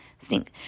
Stink